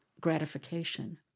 gratification